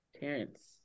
Terrence